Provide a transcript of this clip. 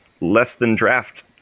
less-than-draft